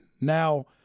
Now